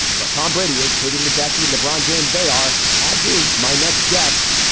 but tom brady is katie ledecky, lebron james, they are, as is my next guest.